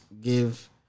Give